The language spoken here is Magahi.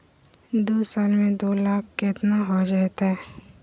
दू साल में दू लाख केतना हो जयते?